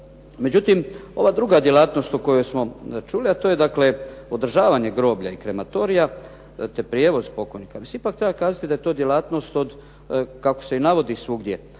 Međutim, ova druga djelatnost o kojoj smo čuli, a to je dakle održavanje groblja i krematorija te prijevoz pokojnika, mislim ipak treba kazati da je to djelatnost od, kako se i navodi svugdje